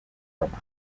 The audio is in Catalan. roma